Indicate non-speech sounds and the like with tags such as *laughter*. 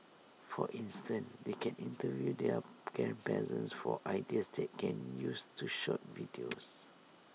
for instance they can interview their grandparents for ideas that they can use to shoot videos *noise*